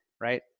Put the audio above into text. right